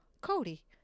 Cody